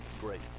great